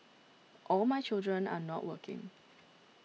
all my children are not working